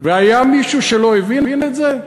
והיה מישהו שלא הבין את זה?